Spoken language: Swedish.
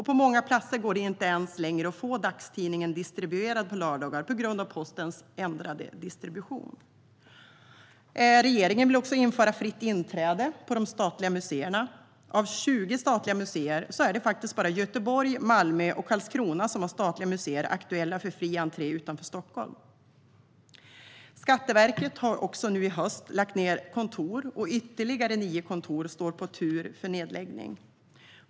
På många platser går det inte ens att få dagstidningen distribuerad på lördagar längre, på grund av postens ändrade distribution. Regeringen vill införa fritt inträde på de statliga muséerna. Av 20 statliga muséer är det bara Göteborg, Malmö och Karlskrona som har statliga muséer som är aktuella för fri entré. Skatteverket har nu i höst lagt ned kontor, och ytterligare nio kontor står på tur för nedläggning.